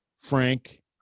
frank